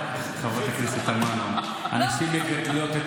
חברת הכנסת תמנו, הנשים מגדלות את